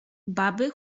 baby